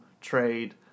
trade